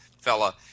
fella